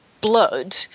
blood